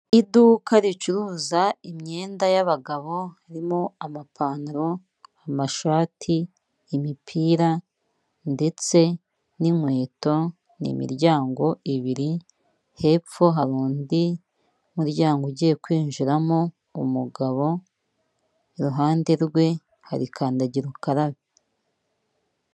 Iduka ricuruza imyenda y'abagabo, harimo amapantaro, amashati, imipira, ndetse n'inkweto, ni imiryango ibiri, hepfo hari undi muryango ugiye kwinjiramo umugabo, iruhande rwe hari kandagira ukarabe.